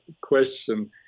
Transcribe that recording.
question